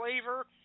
flavor